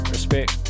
Respect